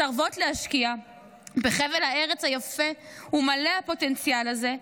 מסרבות להשקיע בחבל הארץ היפה ומלא הפוטנציאל הזה,